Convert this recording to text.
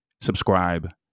subscribe